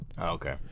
Okay